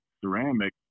ceramic